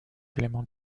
éléments